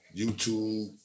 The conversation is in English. YouTube